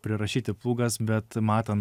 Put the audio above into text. prirašyti plūgas bet matant